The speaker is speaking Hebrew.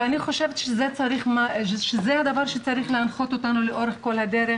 ואני חושבת שזה הדבר שצריך להנחות אותנו לאורך כל הדרך,